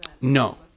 No